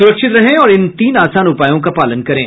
सुरक्षित रहें और इन तीन आसान उपायों का पालन करें